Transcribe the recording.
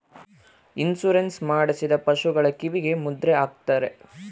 insurance ಮಾಡಿಸಿದ ಪಶುಗಳ ಕಿವಿಗೆ ಮುದ್ರೆ ಹಾಕ್ತಾರೆ